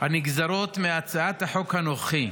הנגזרות מהצעת החוק הנוכחי,